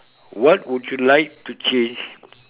what would you like to change